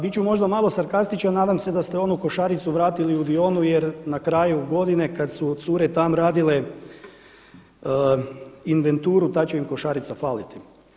Bit ću možda malo sarkastičan, nadam se da ste onu košaricu vratili u Dionu jer na kraju godine kada su cure tam radile inventuru ta će im košarica faliti.